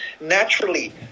naturally